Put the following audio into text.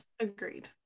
agreed